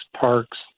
parks